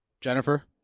Jennifer